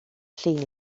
llun